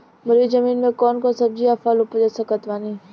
बलुई जमीन मे कौन कौन सब्जी या फल उपजा सकत बानी?